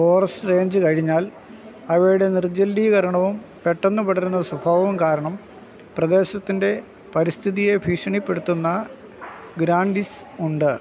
forest range കഴിഞ്ഞാൽ അവയുടെ നിർജ്ജലീകരണവും പെട്ടെന്ന് പടരുന്ന സ്വഭാവവും കാരണം പ്രദേശത്തിൻ്റെ പരിസ്ഥിതിയെ ഭീഷണിപ്പെടുത്തുന്ന ഗ്രാൻഡിസ് ഉണ്ട്